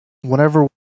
whenever